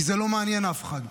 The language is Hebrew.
כי זה לא מעניין אף אחד,